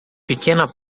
pequena